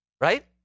Right